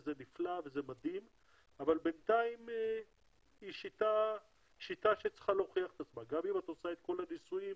תמיד יש טיפה מתח בין רגולטור לגוף שרוצה לייצר וגוף שעושה את זה.